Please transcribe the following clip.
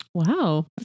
Wow